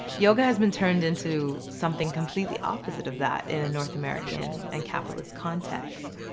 yoga has been turned into something completely opposite of that in north american and capitalist context,